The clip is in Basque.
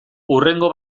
hurrengo